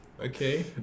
Okay